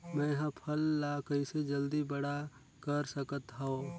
मैं ह फल ला कइसे जल्दी बड़ा कर सकत हव?